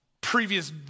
previous